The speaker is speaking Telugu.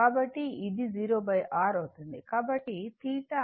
కాబట్టి ఇది 0 Rఅవుతుంది